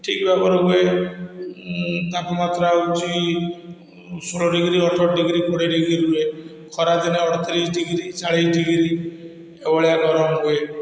ଠିକ୍ ଭାବରେ ହୁଏ ତାପମାତ୍ରା ହେଉଛି ଷୋହଳ ଡିଗ୍ରୀ ଅଠର ଡିଗ୍ରୀ କୋଡ଼ିଏ ଡିଗ୍ରୀ ରୁହେ ଖରାଦିନେ ଅଠତିରିଶ ଡିଗ୍ରୀ ଚାଳିଶ ଡିଗ୍ରୀ ଏଇଭଳିଆ ଗରମ ହୁଏ